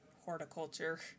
horticulture